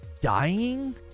dying